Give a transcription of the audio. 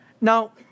Now